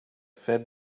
fed